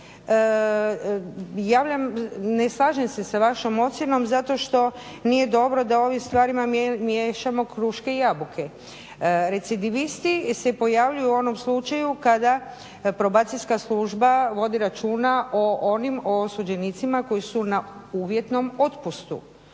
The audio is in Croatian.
ne slažem se sa vašom ocjenom zato što nije dobro da o ovim stvarima miješamo kruške i jabuke. Recidivisti se pojavljuju u onom slučaju kada Probacijska služba vodi računa o onim osuđenicima koji su na uvjetnom otpustu.